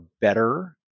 better